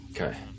okay